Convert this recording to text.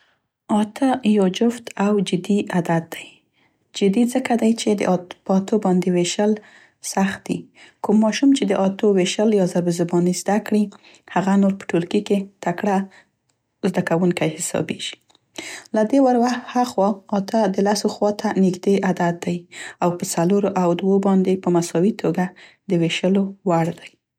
اته یو جفت او جدي عدد دی. جدي ځکه دی چې د په اتو باندې ویشل سخت دي. کوم ماشوم چې د اتو وشل یا ضرب زباني زده کړي، هغه نور په ټولګي کې تکړه، زده کوونکی حسابیږي. له دې ور و-هخوا اته د لسو خوا ته نیږدي عدد دی او په څلورو او دوو باندې په مساوي توګه د ویشلو وړ دی.